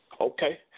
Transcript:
Okay